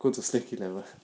各种 sneaky level